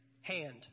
hand